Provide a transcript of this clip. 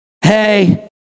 Hey